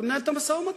ומנהל את המשא-ומתן.